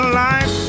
life